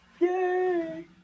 Yay